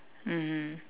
mmhmm